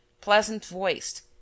pleasant-voiced